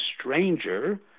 stranger